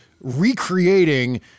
recreating